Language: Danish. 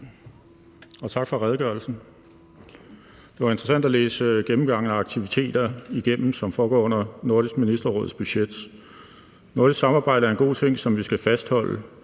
Og tak for redegørelsen. Det var interessant at læse gennemgangen af aktiviteter igennem, som foregår under Nordisk Ministerråds budget. Nordisk samarbejde er en god ting, som vi skal fastholde.